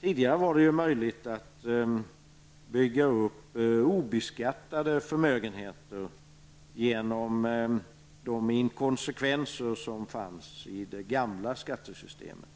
Tidigare var det ju möjligt att bygga upp obeskattade förmögenheter genom de inkonsekvenser som fanns i det gamla skattesystemet.